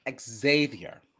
Xavier